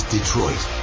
Detroit